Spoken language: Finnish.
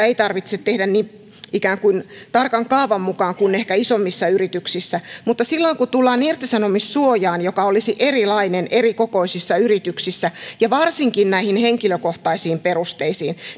ei tarvitse tehdä ikään kuin niin tarkan kaavan mukaan kuin ehkä isommissa yrityksissä mutta silloin kun tullaan irtisanomissuojaan joka olisi erilainen erikokoisissa yrityksissä ja varsinkin näihin henkilökohtaisiin perusteisiin